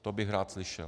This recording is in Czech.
To bych rád slyšel.